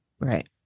Right